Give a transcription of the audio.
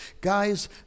Guys